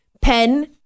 Pen